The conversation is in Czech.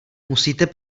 musíte